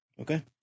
Okay